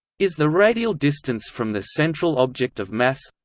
is the radial distance from the central object of mass